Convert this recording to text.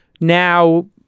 now